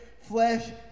flesh